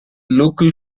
local